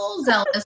zealous